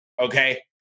okay